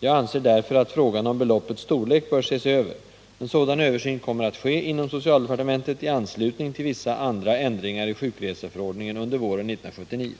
Jag anser därför att frågan om beloppets storlek bör ses över. En sådan översyn kommer att ske inom socialdepartementet under våren 1979 i anslutning till vissa andra ändringar i sjukreseförordningen.